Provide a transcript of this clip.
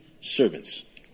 servants